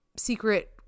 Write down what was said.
secret